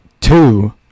two